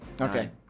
Okay